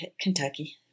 Kentucky